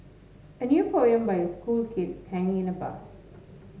a new poem by a school kid hanging in a bus